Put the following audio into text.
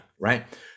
Right